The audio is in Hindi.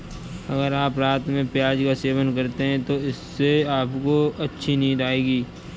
अगर आप रात में प्याज का सेवन करते हैं तो इससे आपको अच्छी नींद आएगी